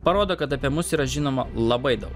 parodo kad apie mus yra žinoma labai daug